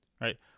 right